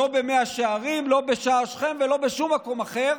לא במאה שערים, לא בשער שכם ולא בשום מקום אחר.